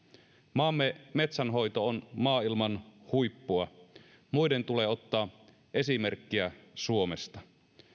maamme metsänhoito on maailman huippua muiden tulee ottaa esimerkkiä suomesta